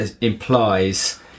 implies